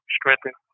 strengthen